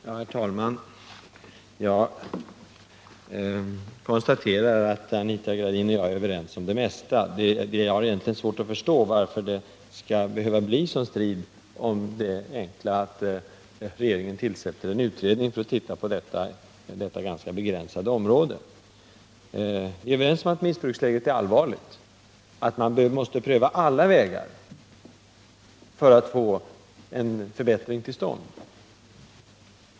Herr talman! Jag konstaterar att Anita Gradin och jag är överens om det mesta. Jag har egentligen svårt att förstå varför det skall behöva bli en sådan strid om det enkla faktum att regeringen tillsätter en utredning för att se på detta begränsade område. Vi är överens om att missbruksläget är allvarligt och att man måste pröva alla vägar för att få en förbättring till stånd.